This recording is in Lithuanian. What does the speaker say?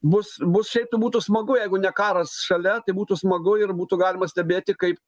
bus bus šiaip tai būtų smagu jeigu ne karas šalia tai būtų smagu ir būtų galima stebėti kaip